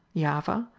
java,